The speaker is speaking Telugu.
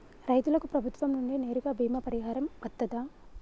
రైతులకు ప్రభుత్వం నుండి నేరుగా బీమా పరిహారం వత్తదా?